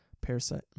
parasite